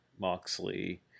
Moxley